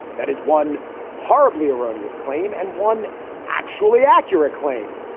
that is one horribly erroneous claim and one actually accurate claim.